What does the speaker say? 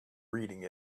reading